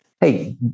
hey